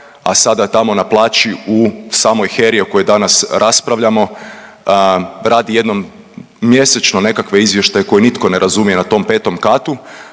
a sada tamo na plaći u samoj HERI o kojoj danas raspravljamo, radi jednom mjesečno nekakve izvještaje koje nitko ne razumije na tom 5 katu,